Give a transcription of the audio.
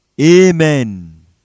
Amen